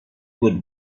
would